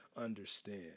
understand